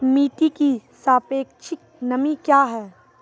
मिटी की सापेक्षिक नमी कया हैं?